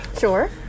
Sure